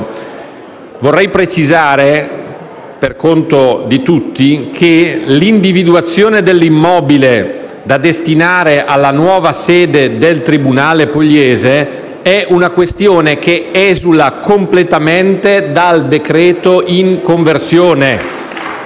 Vorrei precisare, per conto di tutti, che l'individuazione dell'immobile da destinare alla nuova sede del tribunale pugliese è una questione che esula completamente dal decreto-legge in conversione.